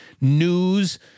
news